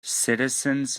citizens